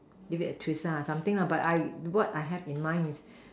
give it a twist something lah but what I have in mind is